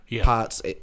parts